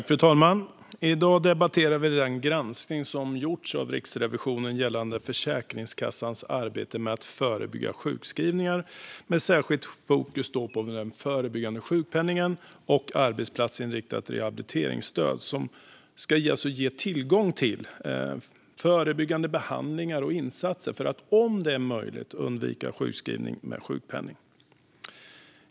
Fru talman! I dag debatterar vi den granskning som gjorts av Riksrevisionen gällande Försäkringskassans arbete med att förebygga sjukskrivningar och med ett särskilt fokus på den förebyggande sjukpenningen och arbetsplatsinriktat rehabiliteringsstöd som ska ge tillgång till förebyggande behandlingar och insatser för att, om det är möjligt, undvika sjukskrivning med sjukpenning.